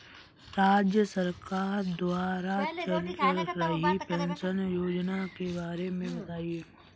राज्य सरकार द्वारा चल रही पेंशन योजना के बारे में बताएँ?